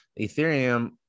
Ethereum